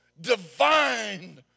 divine